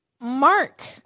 Mark